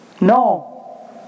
No